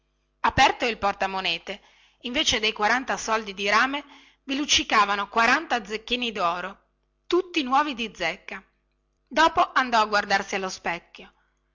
aperto il portamonete invece dei quaranta soldi di rame vi luccicavano quaranta zecchini doro tutti nuovi di zecca dopo andò a guardarsi allo specchio